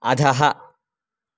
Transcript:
अधः